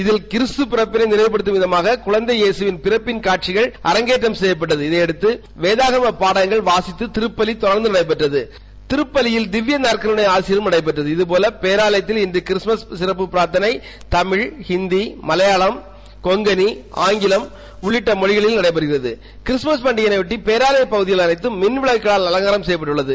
இதில் கிறிஸ்து பிறப்பினை நினைவுப்படுத்தம் விதமாக குழந்தை இயேசுவின் பிறப்பின் காட்சிகள் அரங்கேற்றம் செய்யப்பட்டது இதையடுத்து வேதாகம பாடங்கள் வாசித்து திருப்பலி தொடர்ந்து நடைபெற்றது திருப்பலியில் திவ்ய நற்கருணை ஆசிரும் நடைபெற்றது இதுபோல போலயத்தில் இன்று கிறிஸ்தமஸ் பிரார்த்தனை தமிழ் இந்தி மலையாளம் கொங்கனி ஆங்கிலம் உள்ளிட்ட மொழிகளில் நடைபெறுகிறது கிறிஸ்தமஸ் பண்டிகையினைபொட்டி பேராலய பகுதிகள் அனைத்தம் மின்விளக்குகளினால் அலங்காரம் செய்யப்பட்டுள்ளது